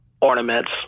ornaments